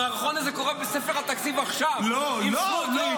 המערכון הזה קורה בספר התקציב עכשיו עם סמוטריץ',